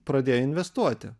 pradėjo investuoti